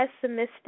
Pessimistic